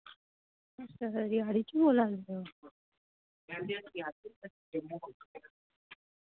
अच्छ अच्छा रेहाड़ी च बोल्ला दे तुस